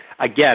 again